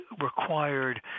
required